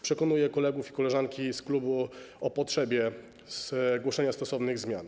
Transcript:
Przekonuję kolegów i koleżanki z klubu o potrzebie zgłoszenia stosownych zmian.